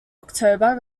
october